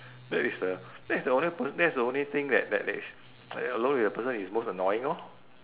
that is the that is the only pers~ that's the only thing that that that is when you're alone with the person is most annoying lor